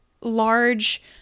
large